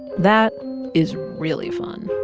that is really fun